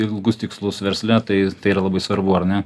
ilgus tikslus versle tai yra labai svarbu ar ne